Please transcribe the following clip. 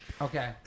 Okay